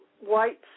white